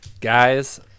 Guys